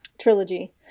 trilogy